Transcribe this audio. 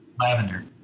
Lavender